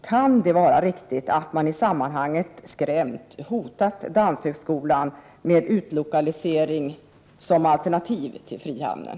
Kan det vara riktigt att man i sammanhanget skrämt och hotat Danshögskolan med utlokalisering som alternativ till frihamnen?